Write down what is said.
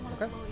Okay